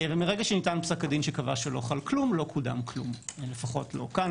מרגע שניתן פסק הדין שקבע שלא חל כלום לא קודם כלום לפחות לא כאן,